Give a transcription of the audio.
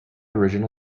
original